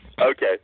Okay